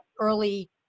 early